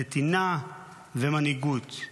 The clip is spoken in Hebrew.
נתינה ומנהיגות.